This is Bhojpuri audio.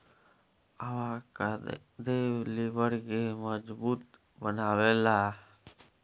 अवाकादो लिबर के मजबूत बनावेला